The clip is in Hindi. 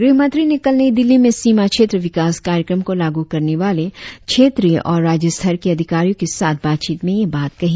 गृहमंत्री ने कल नई दिल्ली में सीमा क्षेत्र विकास कार्यक्रम को लागू करने वाले क्षेत्रीय और राज्यस्तर के अधिकारियों के साथ बातचीत में यह बात कही